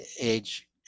age